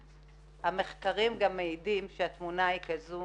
ואיך המחקרים גם מעידים על כך שהתמונה היא כזו